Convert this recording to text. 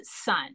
son